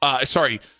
sorry